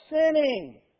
sinning